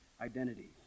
identity